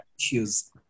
issues